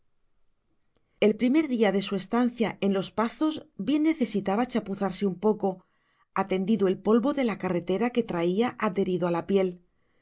el primer día de su estancia en los pazos bien necesitaba chapuzarse un poco atendido el polvo de la carretera que traía adherido a la piel